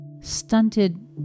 Stunted